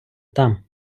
там